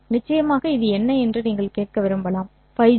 நிச்சயமாக இது என்ன என்று நீங்கள் கேட்க விரும்பலாம் Ф j